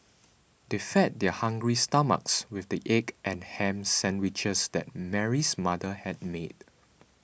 they fed their hungry stomachs with the egg and ham sandwiches that Mary's mother had made